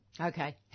Okay